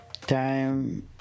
time